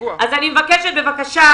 אדוני היושב-ראש, אני מבקשת, בבקשה,